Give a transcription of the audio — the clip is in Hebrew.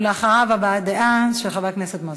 ואחריו, הבעת דעה של חבר הכנסת מוזס.